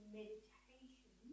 meditation